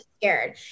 Scared